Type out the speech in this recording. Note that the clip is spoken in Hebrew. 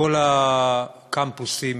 מכל הקמפוסים,